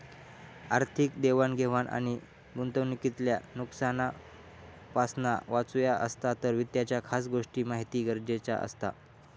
आर्थिक देवाण घेवाण आणि गुंतवणूकीतल्या नुकसानापासना वाचुचा असात तर वित्ताच्या खास गोष्टींची महिती गरजेची असता